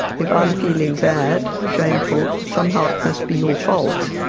if i'm feeling bad, shameful, somehow it must be your fault,